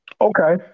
okay